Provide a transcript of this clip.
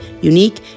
unique